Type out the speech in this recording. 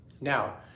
now